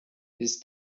ist